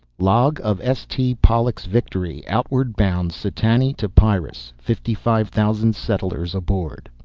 log of s. t. pollux victory. outward bound setani to pyrrus. fifty five thousand settlers aboard.